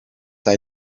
hij